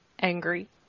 angry